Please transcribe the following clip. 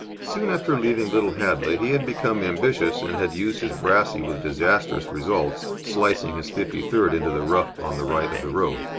soon after leaving little hadley he had become ambitious and had used his brassey with disastrous results, slicing his fifty-third into the rough on the right of the road.